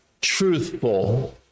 truthful